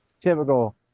typical